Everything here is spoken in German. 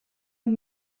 und